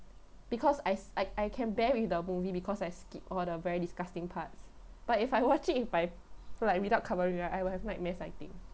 because I s~ I I can bear with the movie because I skip all the very disgusting parts but if I watch it if I like without covering it right I will have nightmares I think